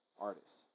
artists